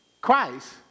Christ